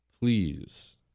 please